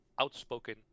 outspoken